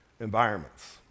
environments